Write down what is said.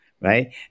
right